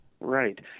Right